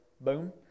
boom